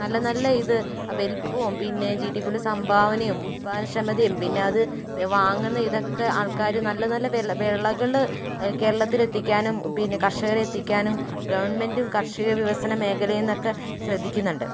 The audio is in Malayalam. നല്ല നല്ല ഇത് വലുപ്പവും പിന്നെ ജിടി പോലെ സംഭാവനയും ഉത്പാദന ക്ഷമതയും പിന്നെ അത് വാങ്ങുന്ന ഇതൊക്കെ ആൾക്കാർ നല്ല നല്ല പേരിലാണ് വിളകൾ കേരളത്തിൽ എത്തിക്കാനും പിന്നെ കർഷകരെ എത്തിക്കാനും ഗവൺമെൻറ്റും കർഷിക വികസന മേഖലയിൽ നിന്നൊക്കെ ശ്രദ്ധിക്കുന്നുണ്ട്